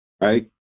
right